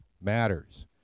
matters